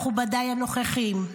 מכובדיי הנוכחים,